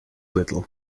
little